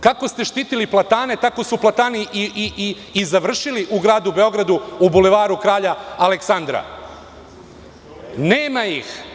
Kako ste štitili platane, tako su platani i završili u gradu Beogradu, u Bulevaru kralja Aleksandra, nema ih.